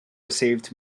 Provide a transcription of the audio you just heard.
received